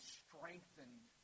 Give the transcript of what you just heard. strengthened